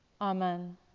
amen